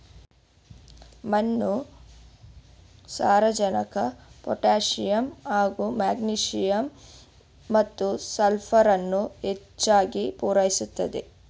ಮಣ್ಣು ಸಾರಜನಕ ಪೊಟ್ಯಾಸಿಯಮ್ ಹಾಗೂ ಮೆಗ್ನೀಸಿಯಮ್ ಮತ್ತು ಸಲ್ಫರನ್ನು ಹೆಚ್ಚಾಗ್ ಪೂರೈಸುತ್ತೆ